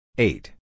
Eight